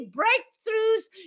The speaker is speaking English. breakthroughs